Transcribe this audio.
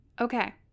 okay